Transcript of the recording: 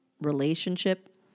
relationship